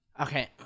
Okay